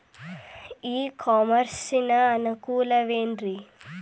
E commerce ನ ಅನುಕೂಲವೇನ್ರೇ?